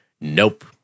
Nope